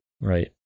right